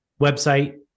Website